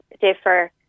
differ